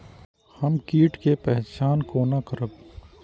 हम कीट के पहचान कोना करब?